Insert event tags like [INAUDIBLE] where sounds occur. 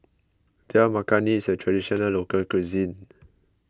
Dal Makhani is a [NOISE] Traditional Local Cuisine [NOISE]